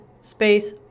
space